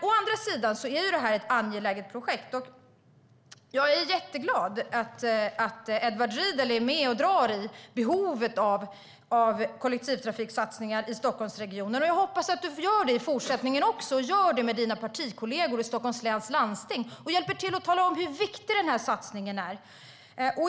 Å andra sidan är det här ett angeläget projekt, och jag är jätteglad att Edward Riedl är med och drar i frågorna om behovet av kollektivtrafiksatsningar i Stockholmsregionen. Jag hoppas att du gör det i fortsättningen också och att du hjälper till att tala om för dina partikollegor i Stockholms läns landsting hur viktig den här satsningen är.